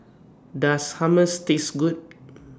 Does Hummus Taste Good